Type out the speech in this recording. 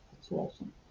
situation